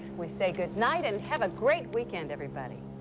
we say goodnight. and have a great weekend, everybody.